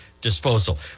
Disposal